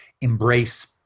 embrace